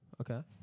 Okay